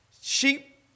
Sheep